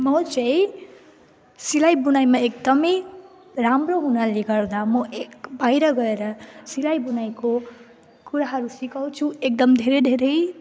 म चाहिँ सिलाइबुनाइमा एकदमै राम्रो हुनाले गर्दा म एक बाहिर गएर सिलाइबुनाइको कुराहरू सिकाउँछु एकदम धेरै धेरै